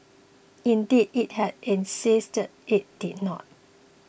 indeed it had insisted it did not